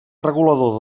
regulador